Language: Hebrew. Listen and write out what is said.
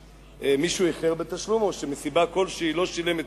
כשמישהו איחר בתשלום או מסיבה כלשהי לא שילם את